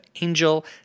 Angel